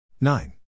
nine